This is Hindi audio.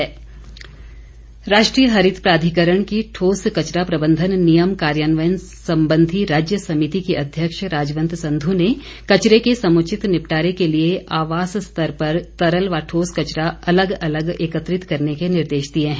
बैठक राष्ट्रीय हरित प्राधिकरण की ठोस कचरा प्रबंधन नियम कार्यान्वयन संबंधी राज्य समिति की अध्यक्ष राजवंत संधु ने कचरे के समुचित निपटारे के लिए आवास स्तर पर तरल व ठोस कचरा अलग अलग एकत्रित करने के निर्देश दिए हैं